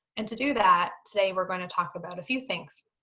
and to do that, today we're gonna talk about a few things.